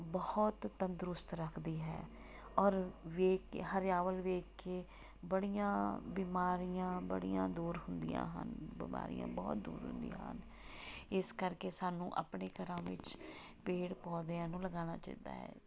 ਬਹੁਤ ਤੰਦਰੁਸਤ ਰੱਖਦੀ ਹੈ ਔਰ ਵੇਖ ਕੇ ਹਰਿਆਵਲ ਵੇਖ ਕੇ ਬੜੀਆਂ ਬਿਮਾਰੀਆਂ ਬੜੀਆਂ ਦੂਰ ਹੁੰਦੀਆਂ ਹਨ ਬਿਮਾਰੀਆਂ ਬਹੁਤ ਦੂਰ ਹੁੰਦੀਆਂ ਹਨ ਇਸ ਕਰਕੇ ਸਾਨੂੰ ਆਪਣੇ ਘਰਾਂ ਵਿੱਚ ਪੇੜ ਪੌਦਿਆਂ ਨੂੰ ਲਗਾਉਣਾ ਚਾਹੀਦਾ ਹੈ